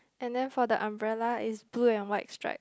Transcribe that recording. and then for the umbrella it's blue and white stripes